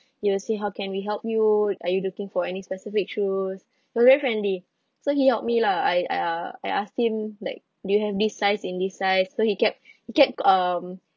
he will say how can we help you are you looking for any specific shoes they're very friendly so he helped me lah I uh I asked him like do you have this size in this size so he kept he kept um